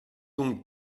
donc